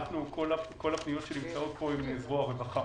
כל הפניות שנמצאות פה הן זרוע רווחה.